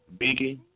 Biggie